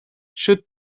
should